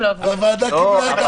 והוועדה קיבלה את